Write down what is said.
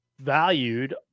valued